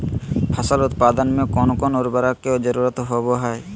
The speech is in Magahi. फसल उत्पादन में कोन कोन उर्वरक के जरुरत होवय हैय?